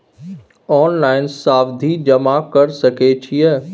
Online सावधि जमा कर सके छिये?